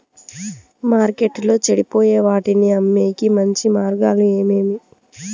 మార్కెట్టులో చెడిపోయే వాటిని అమ్మేకి మంచి మార్గాలు ఏమేమి